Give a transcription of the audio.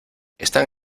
están